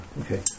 Okay